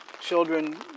children